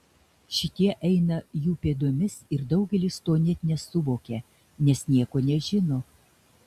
šitie eina jų pėdomis ir daugelis to net nesuvokia nes nieko nežino